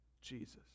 Jesus